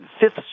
Fifth